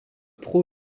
pro